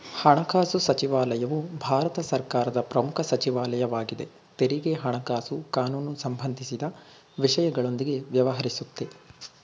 ಹಣಕಾಸುಸಚಿವಾಲಯವು ಭಾರತ ಸರ್ಕಾರದ ಪ್ರಮುಖ ಸಚಿವಾಲಯ ವಾಗಿದೆ ತೆರಿಗೆ ಹಣಕಾಸು ಕಾನೂನುಸಂಬಂಧಿಸಿದ ವಿಷಯಗಳೊಂದಿಗೆ ವ್ಯವಹರಿಸುತ್ತೆ